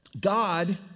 God